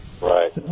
Right